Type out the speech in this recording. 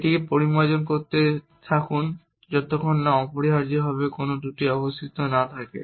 এটিকে পরিমার্জন করতে থাকুন যতক্ষণ না অপরিহার্যভাবে কোনো ত্রুটি অবশিষ্ট না থাকে